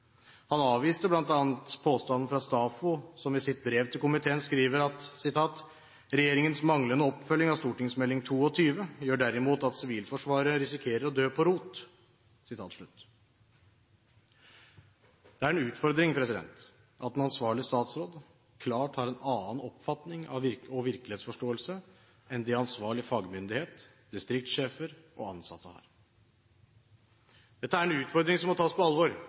Han avviste bl.a. påstanden fra STAFO, som i sitt brev til komiteen skriver: «Regjeringens manglende oppfølging av St.meld 22 gjør derimot at Sivilforsvaret risikerer å dø på rot.» Det er en utfordring at en ansvarlig statsråd klart har en annen oppfatning og virkelighetsforståelse enn det ansvarlig fagmyndighet, distriktssjefer og ansatte har. Dette er en utfordring som må tas på alvor,